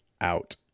out